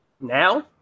now